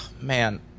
man